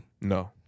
No